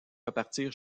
repartir